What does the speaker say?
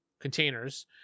containers